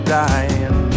dying